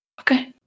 Okay